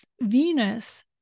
Venus